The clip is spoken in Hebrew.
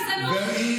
הזכירה.